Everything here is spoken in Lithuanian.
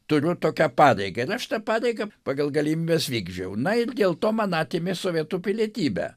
turiu tokią pareigą ir aš tą pareigą pagal galimybes vykdžiau na ir dėl to man atėmė sovietų pilietybę